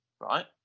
right